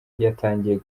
yatangiye